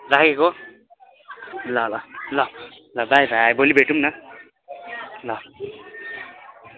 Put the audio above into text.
राखेको ल ल ल ल बाई बाई भोलि भेटुम् न ल